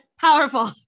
Powerful